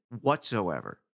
whatsoever